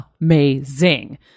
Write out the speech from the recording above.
amazing